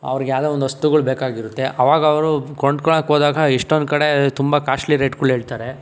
ಅವ್ರಿಗೆ ಯಾವುದೋ ಒಂದು ವಸ್ತುಗಳು ಬೇಕಾಗಿರುತ್ತೆ ಅವಾಗ ಅವರು ಕೊಂಡ್ಕೊಳ್ಳೋಕ್ಕೆ ಹೋದಾಗ ಎಷ್ಟೊಂದು ಕಡೆ ತುಂಬ ಕಾಶ್ಟ್ಲಿ ರೇಟುಗಳು ಹೇಳ್ತಾರೆ